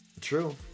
true